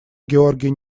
георгий